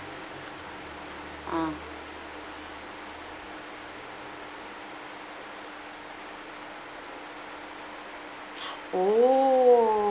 ah orh